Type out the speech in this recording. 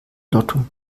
lotto